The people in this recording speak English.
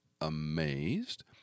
amazed